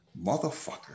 motherfucker